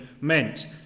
meant